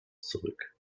zurück